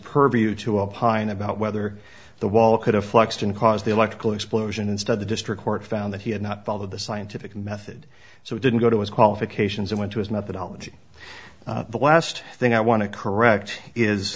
purview to opine about whether the wall could have flexed and cause the electrical explosion instead the district court found that he had not followed the scientific method so it didn't go to his qualifications and went to his methodology the last thing i want to correct is